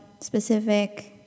specific